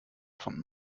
von